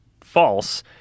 false